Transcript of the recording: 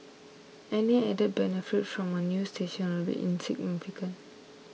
any added benefit from a new station will be insignificant